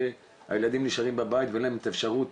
שהילדים נשארים בבית ואין להם אפשרות